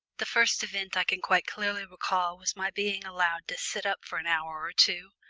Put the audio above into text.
the first event i can quite clearly recall was my being allowed to sit up for an hour or two,